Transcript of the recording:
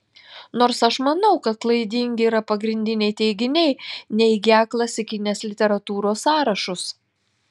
nors aš manau kad klaidingi yra pagrindiniai teiginiai neigią klasikinės literatūros sąrašus